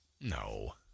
No